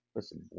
Listen